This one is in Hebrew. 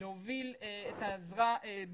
כדי להוביל את העזרה בדיור,